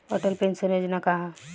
Atal pension योजना का ह?